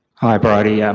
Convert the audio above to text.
hi bridie, yeah